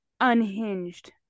unhinged